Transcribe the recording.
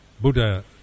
Buddha